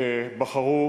שבחרו